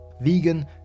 Vegan